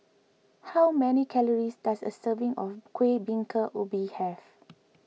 how many calories does a serving of Kueh Bingka Ubi have